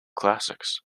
classics